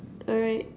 alright